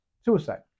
suicide